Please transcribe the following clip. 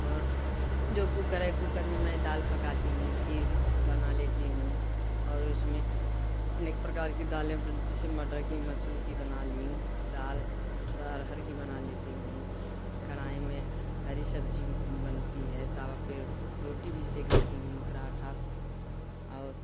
और जो कूकर है कूकर में मैं दाल पकाती हूँ खीर बना लेती हूँ और उसमें अनेक प्रकार की दालें जैसे मटर की मसूर की बनालीं दाल अरहर की बना लेती हूँ कड़ाही में हरी सब्ज़ी भी बनती है तवा पे रोटी भी सेक लेती हूँ पराठा और